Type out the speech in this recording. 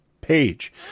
page